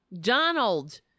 donald